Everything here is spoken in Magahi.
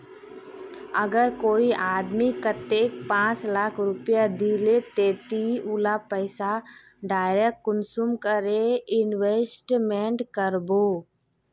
अगर कोई आदमी कतेक पाँच लाख रुपया दिले ते ती उला पैसा डायरक कुंसम करे इन्वेस्टमेंट करबो?